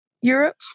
Europe